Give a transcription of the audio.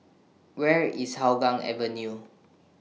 Where IS Hougang Avenue